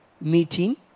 meeting